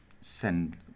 send